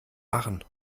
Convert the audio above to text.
machen